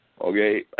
Okay